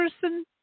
person